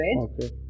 Okay